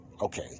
Okay